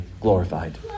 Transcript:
glorified